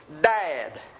dad